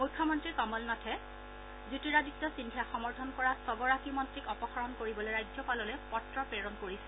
মুখ্যমন্ত্ৰী কমল নাথে জ্যোতিৰাদিত্য সিদ্ধিয়াক সমৰ্থন কৰা ছগৰাকী মন্ত্ৰীক অপসাৰণ কৰিবলৈ ৰাজ্যপাললৈ পত্ৰ প্ৰেৰণ কৰিছিল